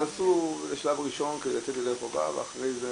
עשו שלב ראשון כדי לצאת ידי חובה ואנחנו